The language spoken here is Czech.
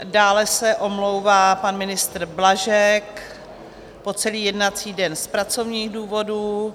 Dále se omlouvá pan ministr Blažek po celý jednací den z pracovních důvodů.